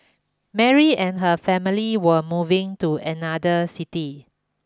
Mary and her family were moving to another city